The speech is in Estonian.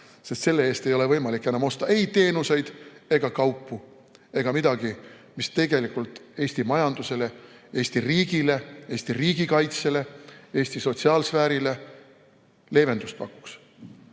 sest selle eest ei ole võimalik enam osta ei teenuseid ega kaupu, mitte midagi, mis tegelikult Eesti majandusele, Eesti riigile, Eesti riigikaitsele, Eesti sotsiaalsfäärile leevendust pakuks.